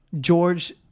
George